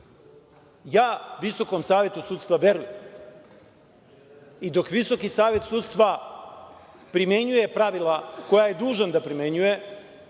Visokom savetu sudstva. I dok Visoki savet sudstva primenjuje pravila koja je dužan da primenjuje,